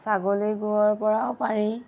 ছাগলী গুৱৰপৰাও পাৰি